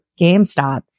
GameStop